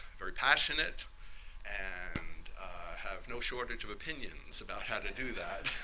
very passionate and have no shortage of opinions about how to do that,